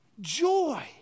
Joy